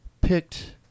picked